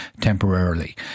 temporarily